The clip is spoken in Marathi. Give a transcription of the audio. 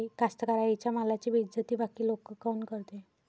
कास्तकाराइच्या मालाची बेइज्जती बाकी लोक काऊन करते?